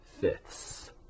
fifths